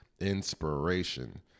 inspiration